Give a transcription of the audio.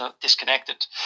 disconnected